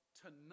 tonight